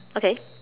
okay